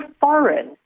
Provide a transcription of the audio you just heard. foreign